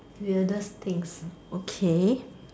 weirdest things okay